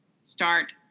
start